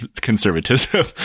conservatism